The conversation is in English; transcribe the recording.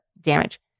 damage